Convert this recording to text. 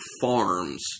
farms